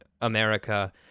America